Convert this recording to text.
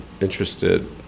interested